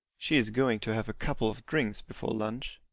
she is going to have a couple of drinks before lunch.